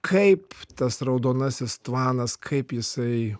kaip tas raudonasis tvanas kaip jisai